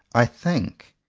i think,